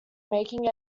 making